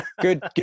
Good